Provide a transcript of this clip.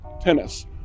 tennis